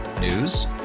News